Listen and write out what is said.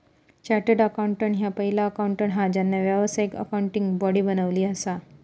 chartered accountant ह्या पहिला accountant हा ज्यांना व्यावसायिक अकाउंटिंग बॉडी बनवली असा